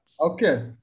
Okay